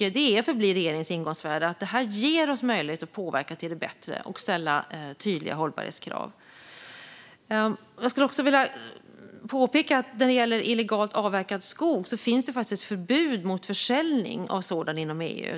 Det är och förblir regeringens ingångsvärde att detta ger oss möjlighet att påverka till det bättre och ställa tydliga hållbarhetskrav. Jag vill påpeka att när det gäller illegalt avverkad skog finns det faktiskt ett förbud mot försäljning av sådan inom EU.